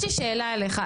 יש לי שאלה אלייך,